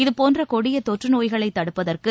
இதுபோன்ற கொடிய தொற்று நோப்களை தடுப்பதற்கு